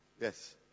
yes